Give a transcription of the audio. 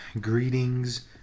greetings